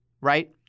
right